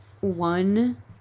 one